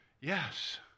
Yes